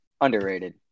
Underrated